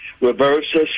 reverses